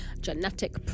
Genetic